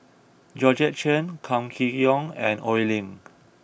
Georgette Chen Kam Kee Yong and Oi Lin